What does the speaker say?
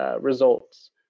results